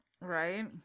right